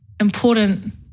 important